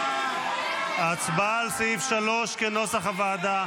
ההצבעה על סעיף 3 כנוסח הוועדה.